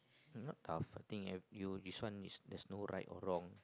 not though a thing if you this one is there's no right or wrong